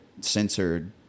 censored